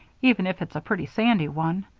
even if it's a pretty sandy one.